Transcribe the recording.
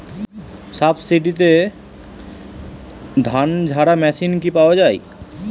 সাবসিডিতে ধানঝাড়া মেশিন কি পাওয়া য়ায়?